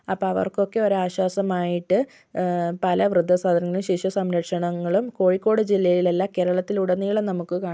അപ്പം അവർക്കൊക്കെ ഒരാശ്വാസമായിട്ട് പല വൃദ്ധസദനങ്ങളും ശിശുസംരക്ഷണങ്ങളും കോഴിക്കോട് ജില്ലയിലല്ല കേരളത്തിലുടനീളം നമുക്ക് കാണാം